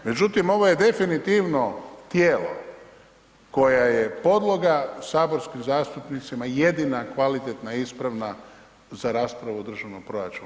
Međutim, ovo je definitivno tijelo koja je podloga saborskim zastupnicima i jedina kvalitetna i ispravna za raspravu o državnom proračunu.